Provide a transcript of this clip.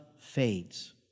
fades